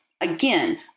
Again